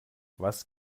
was